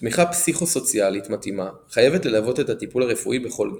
תמיכה פסיכו-סוציאלית מתאימה חייבת ללוות את הטיפול הרפואי בכל גיל.